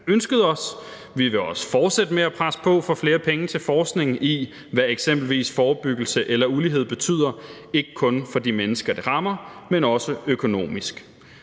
ønsket os. Vi vil også fortsætte med at presse på for flere penge til forskning i, hvad eksempelvis forebyggelse eller ulighed betyder, ikke kun for de mennesker, det rammer, men også økonomisk.